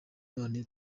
none